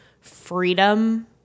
freedom